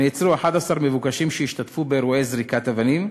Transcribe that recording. נעצרו 11 מבוקשים שהשתתפו באירועי זריקת אבנים,